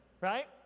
right